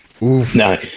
No